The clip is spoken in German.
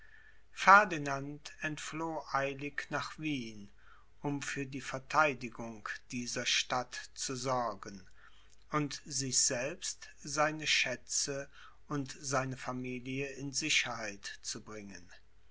ferdinand entfloh eilig nach wien um für die vertheidigung dieser stadt zu sorgen und sich selbst seine schätze und seine familie in sicherheit zu bringen